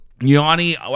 Yanni